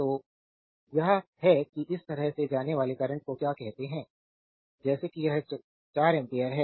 तो यह है कि इस तरह से जाने वाले करंट को क्या कहते हैं जैसे कि यह 4 एम्पियर है